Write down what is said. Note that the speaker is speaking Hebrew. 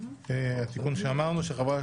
התיקון שאמרנו,